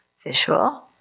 visual